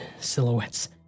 silhouettes